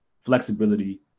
flexibility